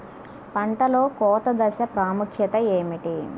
పంటలో కోత దశ ప్రాముఖ్యత ఏమిటి?